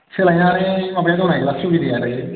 सोलायनानै